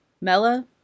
Mella